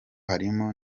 harimo